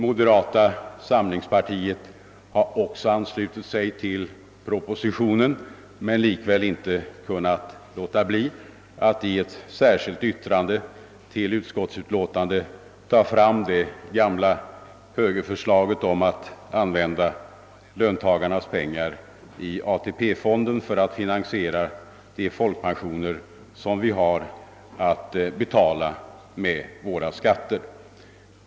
Moderata samlingspartiet har också anslutit sig till propositionen men likväl inte kunnat låta bli att i ett särskilt yttrande till utskottsutlåtandet ta fram det gamla högerförslaget om att använda löntagarnas pengar i ATP-fonden för att finansiera de folkpensioner som vi har att betala med våra skatter.